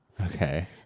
okay